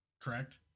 correct